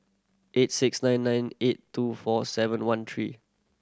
eight six nine nine eight two four seven one three